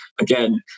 again